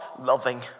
loving